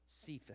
Cephas